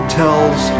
tells